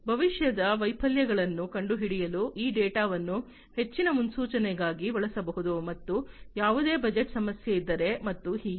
ಭವಿಷ್ಯದ ವೈಫಲ್ಯಗಳನ್ನು ಕಂಡುಹಿಡಿಯಲು ಈ ಡೇಟಾವನ್ನು ಹೆಚ್ಚಿನ ಮುನ್ಸೂಚನೆಗಾಗಿ ಬಳಸಬಹುದು ಮತ್ತು ಯಾವುದೇ ಬಜೆಟ್ ಸಮಸ್ಯೆ ಇದ್ದರೆ ಮತ್ತು ಹೀಗೆ